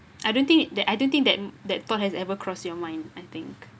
I don't think that I don't think that that thought has ever crossed your mind I think